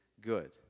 good